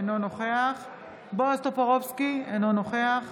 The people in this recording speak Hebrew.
אינו נוכח בועז טופורובסקי, אינו נוכח